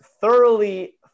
thoroughly